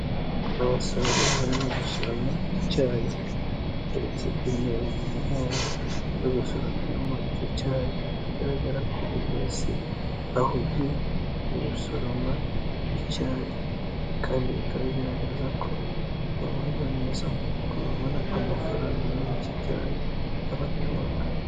Abasoromyi barimo gusoroma icyayi ,bahetse intebo mu mungongo zo gusoromeramo icyo cyayi ,bigaragara ko buri wese ahugiye mu gusoroma icyayi .Kandi bikaba bigaragaza ko babayeho neza ,kuko babona amafaranga muri iki cyayi abatunga.